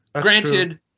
Granted